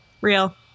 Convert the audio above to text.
Real